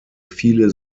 viele